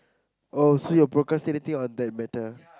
oh so you're procrastinating on that matter